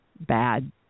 bad